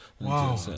Wow